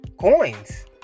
coins